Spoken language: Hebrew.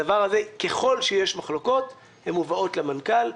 הדבר הזה, ככל שיש מחלוקות, הן מובאות למנכ"ל.